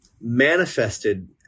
manifested